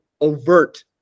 overt